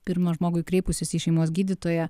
pirma žmogui kreipusis į šeimos gydytoją